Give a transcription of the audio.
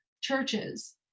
churches